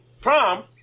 Prom